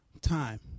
time